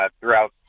throughout